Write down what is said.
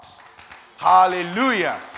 Hallelujah